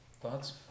Thoughts